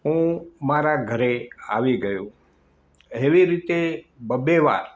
હું મારા ઘરે આવી ગયો એવી રીતે બબ્બે વાર